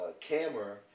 camera